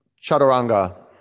Chaturanga